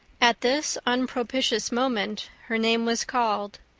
at this unpropitious moment her name was called.